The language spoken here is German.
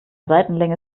seitenlänge